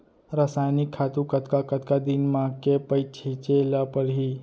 रसायनिक खातू कतका कतका दिन म, के पइत छिंचे ल परहि?